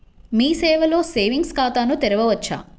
మీ సేవలో సేవింగ్స్ ఖాతాను తెరవవచ్చా?